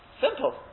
Simple